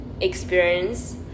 experience